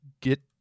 get